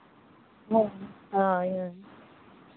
ᱦᱮᱸ ᱦᱳᱭ ᱦᱳᱭ